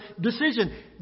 decision